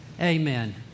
Amen